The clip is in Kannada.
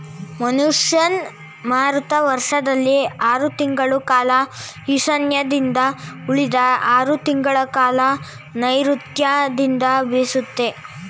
ಮಾನ್ಸೂನ್ ಮಾರುತ ವರ್ಷದಲ್ಲಿ ಆರ್ ತಿಂಗಳ ಕಾಲ ಈಶಾನ್ಯದಿಂದ ಉಳಿದ ಆರ್ ತಿಂಗಳಕಾಲ ನೈರುತ್ಯದಿಂದ ಬೀಸುತ್ತೆ